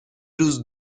روز